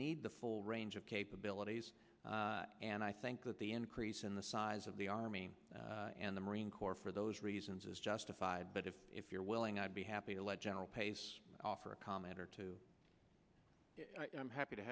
need the full range of capabilities and i think that the increase in the size of the army and the marine corps for those reasons is justified but if if you're willing i'd be happy to let general pace offer a comment or two i'm happy to